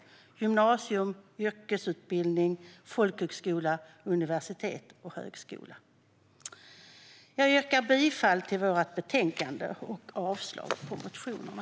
Det gäller gymnasium, yrkesutbildning, folkhögskola, universitet och högskola. Jag yrkar bifall till förslaget i betänkandet och avslag på motionerna.